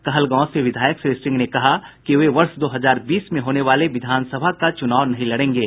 कहलगांव से विधायक श्री सिंह ने कहा कि वे वर्ष दो हजार बीस में होने वाले विधानसभा का चुनाव नहीं लड़ेंगे